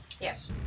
Yes